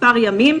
מספר ימים,